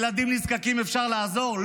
ילדים נזקקים אפשר לעזור?